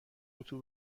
اتو